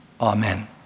Amen